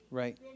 right